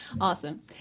Awesome